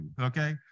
okay